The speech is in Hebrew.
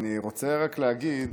אני רוצה רק להגיד,